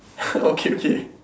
okay okay